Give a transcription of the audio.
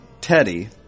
Teddy